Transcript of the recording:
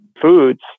foods